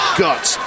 guts